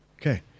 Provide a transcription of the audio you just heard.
Okay